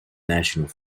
national